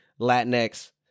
Latinx